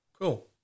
cool